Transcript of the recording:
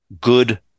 good